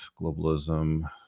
Globalism